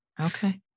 Okay